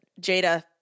Jada